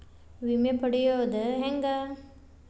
ವಿಮೆ ಪಡಿಯೋದ ಹೆಂಗ್?